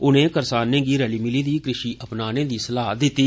उनें करसानें गी रली मिली दी कृषि अपनाने दी सलाह दिती